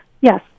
yes